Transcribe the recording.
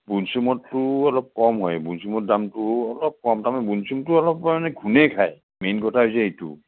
বনচুমটো অলপ কম হয় বনচুমৰ দামটো অলপ কম তাৰমানে বনচুমটো অলপ মানে ঘোনে খায় মেইন কথা হৈছে এইটো